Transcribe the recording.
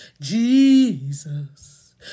Jesus